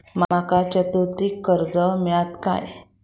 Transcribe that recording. माका चतुर्थीक कर्ज मेळात काय?